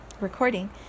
recording